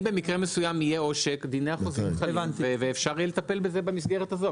אם במקרה מסוים יהיה עושק אז יהיה אפשר לטפל בזה במסגרת הזאת.